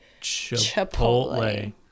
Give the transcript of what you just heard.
chipotle